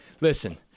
listen